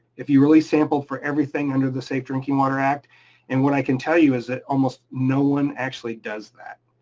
if you really sample for everything under the safe drinking water act and what i can tell you is that almost no one actually does that.